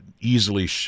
easily